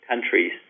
countries